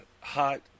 hot